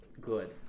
good